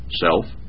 self